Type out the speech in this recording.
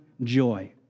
joy